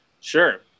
sure